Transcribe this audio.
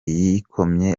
yikomye